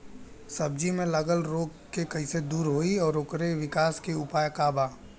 सब्जी में लगल रोग के कइसे दूर होयी और ओकरे विकास के उपाय का बा?